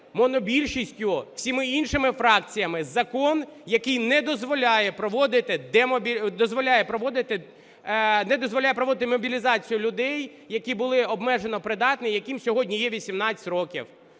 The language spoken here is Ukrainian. монобільшістю, всіма іншими фракціями закон, який не дозволяє проводити мобілізацію людей, які були обмежено придатні, яким сьогодні є 18 років.